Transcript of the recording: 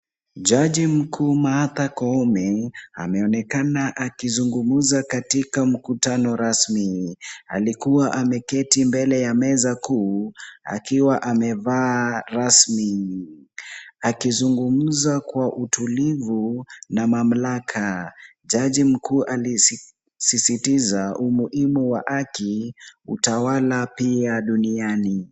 Jaji mkuu Martha Koome ameonekana akizungumza katika mkutano rasmi. Alikuwa ameketi mbele ya meza kuu akiwa amevaa rasmi akizungumza kwa utulivu na mamlaka. Jaji mkuu alisisitiza umuhimu wa haki, utawala pia duniani.